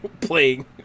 playing